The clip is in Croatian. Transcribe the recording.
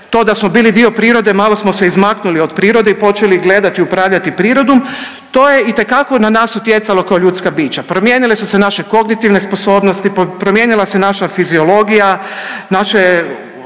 to da smo bili dio prirode malo smo se izmaknuli od prirode i počeli gledati i upravljati prirodom to je itekako na nas utjecalo kao ljudska bića. Promijenile su se naše kognitivne sposobnosti, promijenila se naša fiziologija, naše